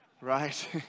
Right